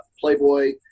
Playboy